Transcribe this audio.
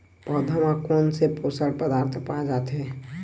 पौधा मा कोन से पोषक पदार्थ पाए जाथे?